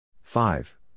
Five